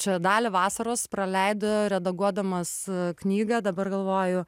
čia dalį vasaros praleido redaguodamas knygą dabar galvoju